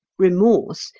remorse,